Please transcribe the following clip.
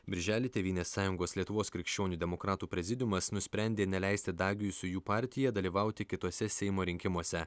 birželį tėvynės sąjungos lietuvos krikščionių demokratų prezidiumas nusprendė neleisti dagiui su jų partija dalyvauti kituose seimo rinkimuose